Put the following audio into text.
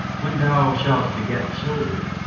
when thou shalt beget children,